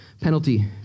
Penalty